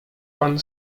pan